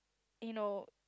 you know